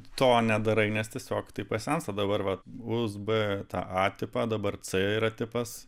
to nedarai nes tiesiog tap pasensta dabar vat usb a tipą dabar c yra tipas